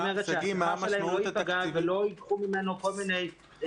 זאת אומרת שהשכר שלהם לא ייפגע ולא ייקחו מהם --- שגיא,